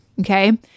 okay